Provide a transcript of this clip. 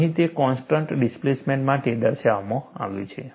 અહીં તે constant displacement માટે દર્શાવવામાં આવ્યું છે